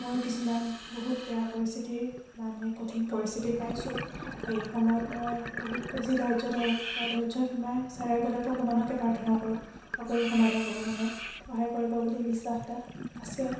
মইও কিছুমান বহুত বেয়া পৰিস্থিতিৰ মানে কঠিন পৰিস্থিতি পাইছোঁ সেই সময়ত মই বহুত বেছি ধৈৰ্য্য ধৰোঁ বা ধৈৰ্য্যৰ সীমা চেৰাই গ'লে ভগৱানকে প্ৰাৰ্থনা কৰোঁ সকলো সময়তে ভগৱানে সহায় কৰিব বুলি বিশ্বাস এটা আছে